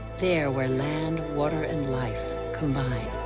there where land, water and life combine.